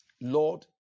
Lord